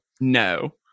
no